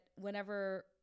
whenever